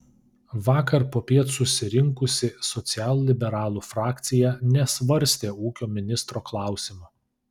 vakar popiet susirinkusi socialliberalų frakcija nesvarstė ūkio ministro klausimo